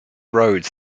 roads